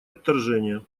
отторжение